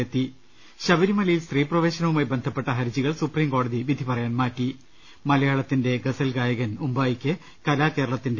ലെത്തി ശബരിമലയിൽ സ്ത്രീപ്രവേശനവുമായി ബന്ധപ്പെട്ട ഹരജികൾ സുപ്രീം കോടതി വിധി പറയാൻ മാറ്റി മലയാളത്തിന്റെ ഗസൽ ഗായകൻ ഉമ്പായിക്ക് കലാകേരളത്തിന്റെ